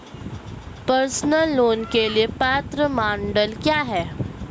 Personal loan के लिए पात्रता मानदंड क्या हैं?